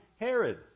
Herod